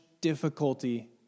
difficulty